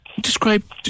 Describe